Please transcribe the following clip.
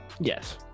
Yes